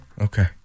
Okay